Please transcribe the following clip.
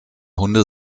hunde